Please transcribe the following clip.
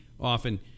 often